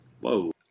Whoa